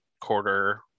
quarter